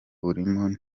urimo